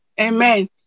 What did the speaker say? Amen